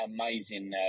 amazing